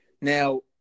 Now